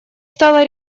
стало